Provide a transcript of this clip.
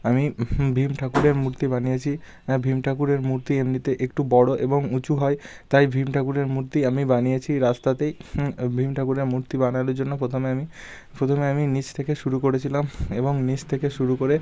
আমি ভীম ঠাকুরের মূর্তি বানিয়েছি ভীম ঠাকুরের মূর্তি এমনিতে একটু বড়ো এবং উঁচু হয় তাই ভীম ঠাকুরের মূর্তি আমি বানিয়েছি রাস্তাতেই ভীম ঠাকুরের মূর্তি বানানোর জন্য প্রথমে আমি প্রথমে আমি নিচ থেকে শুরু করেছিলাম এবং নিচ থেকে শুরু করে